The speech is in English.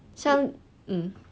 像 mm